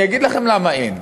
אני אגיד לכם למה אין.